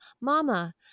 mama